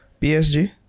PSG